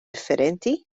differenti